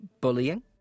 bullying